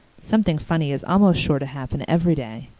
something funny is almost sure to happen every day,